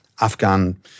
Afghan